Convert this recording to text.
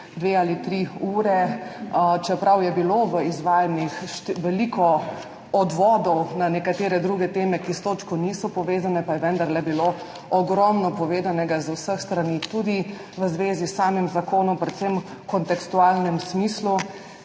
dve ali tri ure. Čeprav je bilo v izvajanjih veliko odvodov na nekatere druge teme, ki s točko niso povezane, pa je bilo vendar ogromno povedanega z vseh strani, tudi v zvezi s samim zakonom, predvsem v kontekstualnem smislu,